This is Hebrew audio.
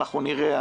אנחנו נראה,